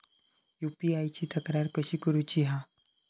UPI ची तक्रार कशी करुची हा?